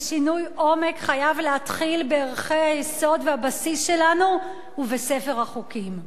ושינוי עומק חייב להתחיל בערכי היסוד והבסיס שלנו ובספר החוקים.